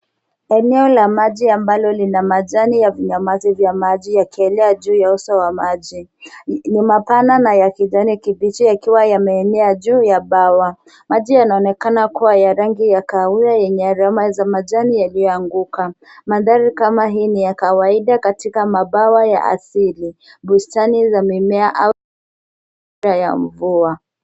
Eneo la maji ambalo lina majani vya maji yakienea juu ya uso wa maji. Ni mapana na ya kijani kibichi yakiwa yameenea juu ya bwawa. Maji yanaonekana kuwa ya rangi ya kahawia yenye aroma za majani yaliyoanguka. Mandhari kama hii ni ya kawaida katika mabwawa ya asili. Bustani za mimea au ya mvua.